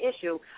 issue